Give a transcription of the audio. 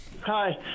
Hi